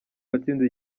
watsinze